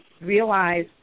realize